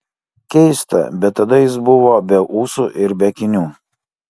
keista bet tada jis buvo be ūsų ir be akinių